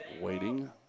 Waiting